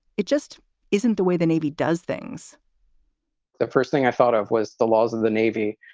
it just isn't the way the navy does things the first thing i thought of was the laws of the navy.